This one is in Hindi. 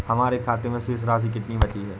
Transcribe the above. हमारे खाते में शेष राशि कितनी बची है?